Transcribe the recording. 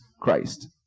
Christ